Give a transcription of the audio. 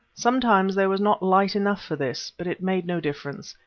sometimes there was not light enough for this, but it made no difference,